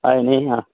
हय न्ही आं